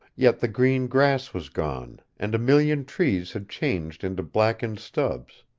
yet the green grass was gone, and a million trees had changed into blackened stubs.